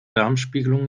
darmspiegelung